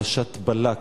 פרשת בלק.